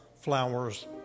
flowers